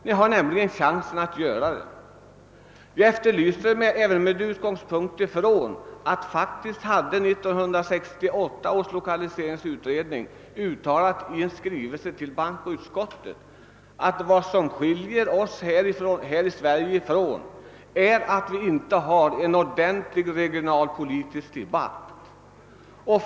Ni hade nämligen chansen att göra det. Jag försökte även med utgångspunkt i att 1968 års lokaliseringsutredning i en skrivelse till bankoutskottet uttalat att vi i Sverige inte fört någon ordentlig regionalpolitisk debatt.